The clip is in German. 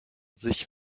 sich